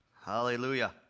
Hallelujah